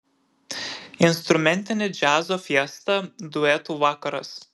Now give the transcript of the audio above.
instrumentinė džiazo fiesta duetų vakaras